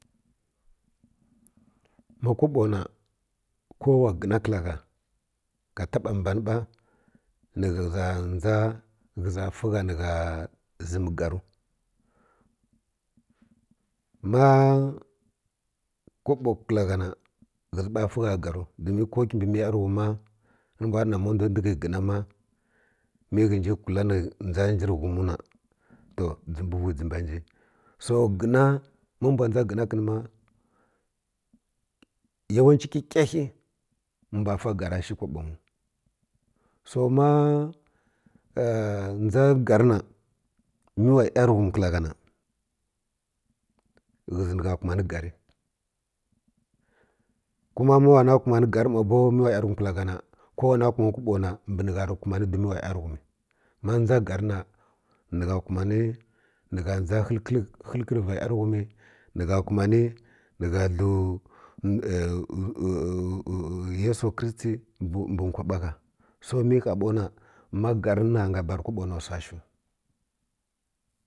Ma kobo na ko wa gəna kəla gha ka taba mban ba nə ghə za a ndʒa za fi gha nə gha zəm ganl ma kobo kəl gha na ghə zi ba fi gha garu domin ko kibi miya yarighum ma rə mbw ɗa na ma ndwghə gəna ma mə ghə nji kwla ni dʒa nji rə ghum na to dʒəm bi whi dʒa ba mji so gəna ma mbw dʒa gəna kən ma yawace kə kaa ghə mbw fa gar shiw kobo nyiw so ma dʒa gar na miya wa yaughun kla gha na ghə zi nə gha kumani gar kuma miya wana kumari gar ma bow miwa yamghum kla gha na ko wana kumani kobo ha mbə ni gha rə kumani domin wa yanighum ma dʒa gur na ni gha kumani ni dʒa həlk rə va yanighum ni gha kuma ni nə gha dləw yəso kristi mbə wkaɓa gha so mi ha baw na ma gar na na nga bar kobo na sa shiw.